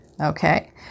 Okay